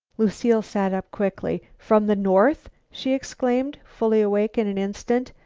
lucile sat up quickly. from the north! she exclaimed, fully awake in an instant.